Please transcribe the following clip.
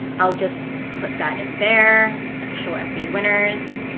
i'll just put that in there, official ah fba winners.